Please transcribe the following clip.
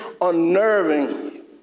unnerving